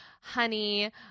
honey